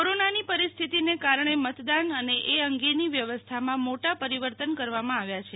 કોરોનાની પરિસ્થિતિને કારણે મતદાન અને એ અંગેની વ્યવસ્થામાં મોટા પરિવર્તન કરવામાં આવ્યા છે